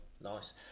Nice